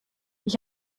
ich